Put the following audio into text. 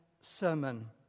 sermon